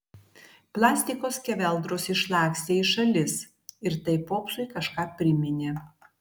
plastiko skeveldros išlakstė į šalis ir tai popsui kažką priminė